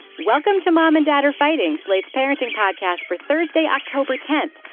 welcome to mom and dad are fighting slate's parenting podcast for thursday october tenth.